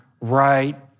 right